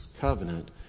covenant